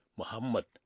muhammad